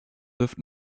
wirft